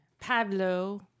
Pablo